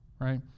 right